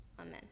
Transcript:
Amen